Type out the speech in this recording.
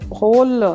whole